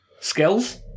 Skills